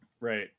right